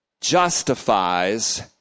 justifies